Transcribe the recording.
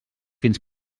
fins